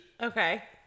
Okay